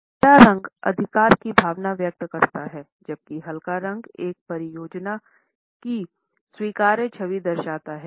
एक गहरे रंग अधिकार की भावना व्यक्त करता हैं जबकि हल्का रंग एक परियोजना की स्वीकार्य छवि दर्शाता है